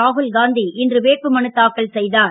ராகுல்காந்தி இன்று வேட்புமனு தாக்கல் செய்தார்